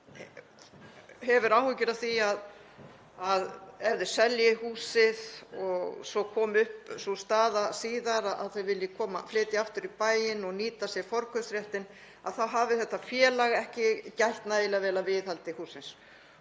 fólk hefur áhyggjur af því að ef það selji húsið og svo komi upp sú staða síðar að það vilji flytja aftur í bæinn og nýta sér forkaupsréttinn, þá hafi þetta félag ekki gætt nægilega vel að viðhaldi hússins.